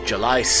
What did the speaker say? July